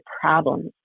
problems